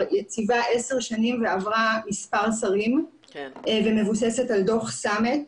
יציבה עשר שנים ועברה מספר שרים ומבוססת על דו"ח סמט.